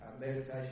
Meditation